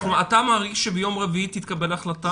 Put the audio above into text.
אתה מעריך שביום רביעי תתקבל החלטה?